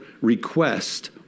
request